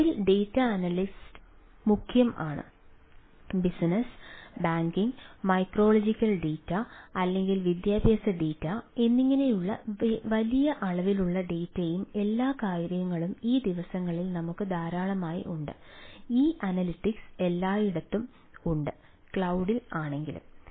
ക്ലൌഡിൽ data analytics മുഖ്യം ആണ് ബിസിനസ്സ് ബാങ്കിംഗ് മെട്രോളജിക്കൽ ഡാറ്റ അല്ലെങ്കിൽ വിദ്യാഭ്യാസ ഡാറ്റ എന്നിങ്ങനെയുള്ള വലിയ അളവിലുള്ള ഡാറ്റയും എല്ലാ കാര്യങ്ങളും ഈ ദിവസങ്ങളിൽ നമുക്ക് ധാരാളമായി ഉണ്ട് ഈ അനലിറ്റിക്സ് എല്ലായിടത്തും ഉണ്ട് ക്ലൌഡിൽ ആണെങ്കിലും